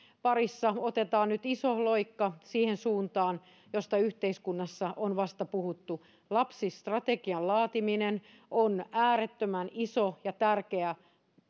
parissa otetaan nyt iso loikka siihen suuntaan josta yhteiskunnassa on vasta puhuttu lapsistrategian laatiminen on äärettömän iso ja tärkeä